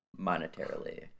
monetarily